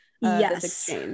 yes